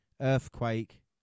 Earthquake